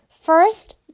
First